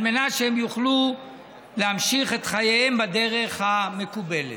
על מנת שהם יוכלו להמשיך את חייהם בדרך המקובלת.